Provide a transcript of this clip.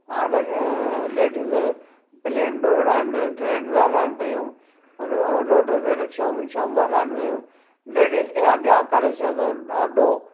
हाणे ladies plane बि उड़ाइनि पियूं ट्रैन बि हलाइनि पियूं रो रोड ते रिक्षाऊं बिक्षाऊं बि हलाइनि पियूं लेडीस खे अॻियां करे छॾियो अथऊं ॾाढो